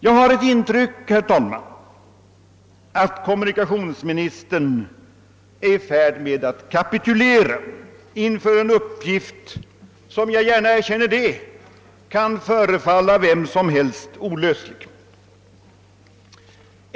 Jag har det intrycket, herr talman, att kommunikationsministern är i färd med att kapitulera inför en uppgift som jag gärna erkänner kan förefalla vem som helst olöslig.